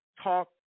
talk